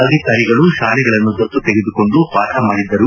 ಅಧಿಕಾರಿಗಳು ಶಾಲೆಗಳನ್ನು ದತ್ತು ತೆಗೆದುಕೊಂಡು ಪಾಠ ಮಾಡಿದ್ದರು